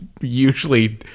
Usually